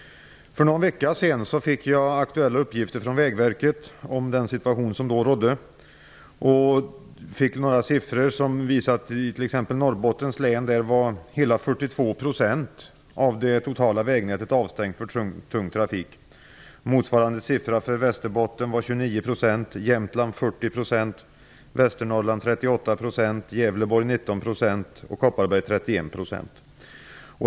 För någon vecka sedan fick jag aktuella uppgifter från Vägverket om den situation som då rådde. I t.ex. Norrbottens län var hela 42 % av det totala vägnätet avstängt för tung trafik. Motsvarande siffra för Västerbotten var 29 %, Jämtland 40 %, Kopparberg 31 %.